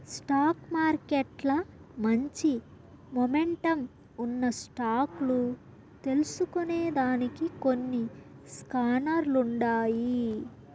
stock మార్కెట్ల మంచి momentum ఉన్న స్టాక్ లు తెల్సుకొనేదానికి కొన్ని స్కానర్లుండాయి